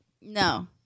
No